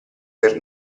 per